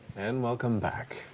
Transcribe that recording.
and welcome back.